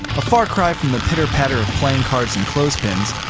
a far cry from the pitter patter of playing cards and clothespins,